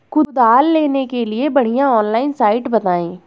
कुदाल लेने के लिए बढ़िया ऑनलाइन साइट बतायें?